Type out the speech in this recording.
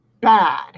bad